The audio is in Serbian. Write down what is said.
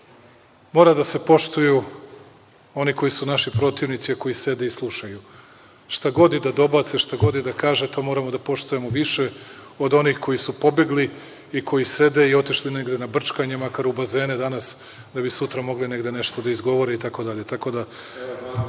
moraju da se poštuju oni koji su naši protivnici, a koji sede i slušaju. Šta god i da dobace, šta god i da kaže, to moramo da poštujemo više od onih koji su pobegli i koji sede i otišli negde na brčkanje na bazene danas da bi sutra mogli negde nešto da izgovore itd.(Vojislav